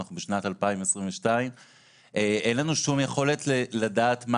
אנחנו בשנת 2022 ואין לנו שום יכולת לדעת מה